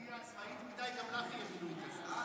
אם תהיי עצמאית מדי, גם לך יהיה מינוי כזה.